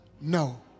no